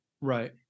Right